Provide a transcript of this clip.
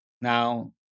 Now